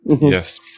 Yes